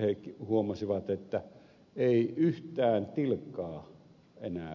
he huomasivat että ei yhtään tilkkaa enää vettä missään